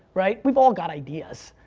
right? we've all got ideas,